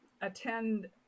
attend